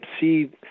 see